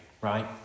right